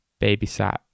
babysat